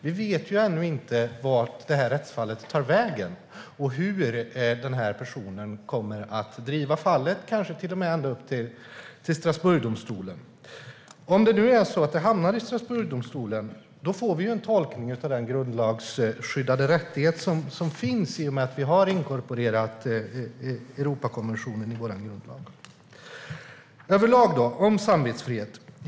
Vi vet ju ännu inte vart det här rättsfallet tar vägen och hur den här personen kommer att driva fallet, kanske till och med ända upp till Strasbourgdomstolen. Om det hamnar i Strasbourgdomstolen får vi en tolkning av den grundlagsskyddade rättighet som finns i och med att vi har inkorporerat Europakonventionen i vår grundlag. Jag ska säga något om samvetsfrihet överlag.